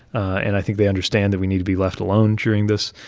and i think they understand that we need to be left alone during this.